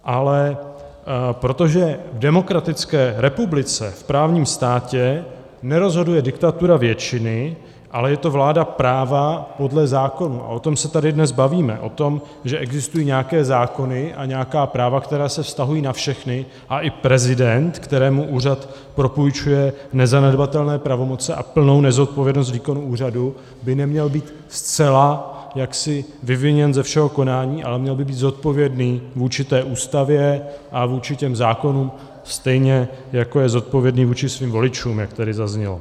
Ale protože v demokratické republice, v právním státě nerozhoduje diktatura většiny, ale je to vláda práva podle zákonů, a o tom se tady dnes bavíme, o tom, že existují nějaké zákony a nějaká práva, která se vztahují na všechny, a i prezident, kterému úřad propůjčuje nezanedbatelné pravomoci a plnou nezodpovědnost výkonu úřadu, by neměl být zcela vyviněn ze všechno konání, ale měl by být zodpovědný vůči Ústavě a vůči zákonům, stejně jak je zodpovědný vůči svým voličům, jak tady zaznělo.